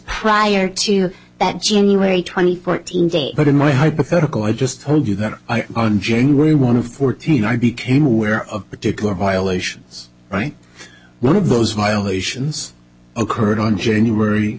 prior to that she anyway twenty fourteen days but in my hypothetical i just told you that i am on january one of fourteen i became aware of particular violations right one of those violations occurred on january